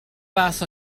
fath